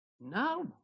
No